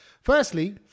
Firstly